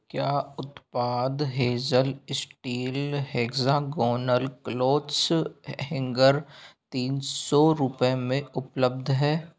क्या उत्पाद Hazel steel hexagonal clothes hanger तीन सौ रुपये में उपलब्ध है